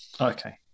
Okay